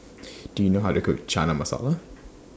Do YOU know How to Cook Chana Masala